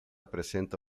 presenta